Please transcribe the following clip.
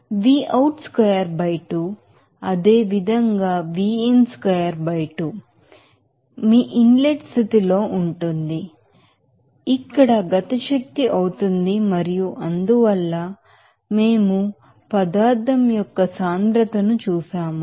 కాబట్టి అదేవిధంగా అది మీ ఇన్ లెట్ స్థితిలో ఉంటుంది అది అక్కడ కైనెటిక్ ఎనెర్జిస్ చేంజ్ అవుతుంది మరియు అందువల్ల మేము పదార్థం యొక్క డెన్సిటీను చూశాము